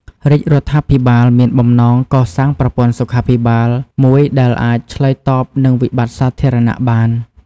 រាជរដ្ឋាភិបាលមានបំណងកសាងប្រព័ន្ធសុខាភិបាលមួយដែលអាចឆ្លើយតបនឹងវិបត្តិសាធារណៈបាន។